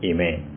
Amen